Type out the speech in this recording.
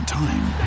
time